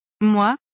Moi